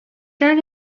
turn